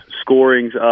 scoring's